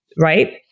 Right